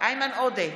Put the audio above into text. איימן עודה,